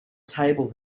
table